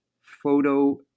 photo